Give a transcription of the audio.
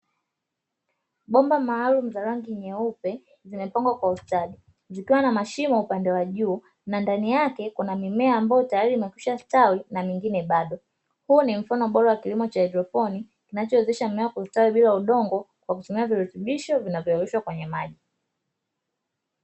Bomba maalumu za rangi nyeupe zimepangwa kwa ustadi zikiwa na mashimo upande wa juu na ndani yake kuna mimea ambayo tayari imekwisha stawi na mengine bado. Huu ni mfano bora wa kilimo cha hydroponi kinachowezesha mmea kustawi bila udongo kwa kutumia virutubisho vinavyorushwa kwenye maji.